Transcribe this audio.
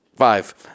five